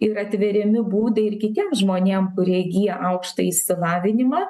ir atveriami būdai ir kitiem žmonėm kurie įgyja aukštąjį išsilavinimą